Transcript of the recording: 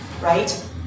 right